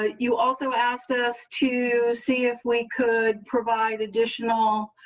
ah you also asked us to see if we could provide additional